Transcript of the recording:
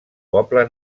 poble